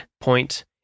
point